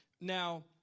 Now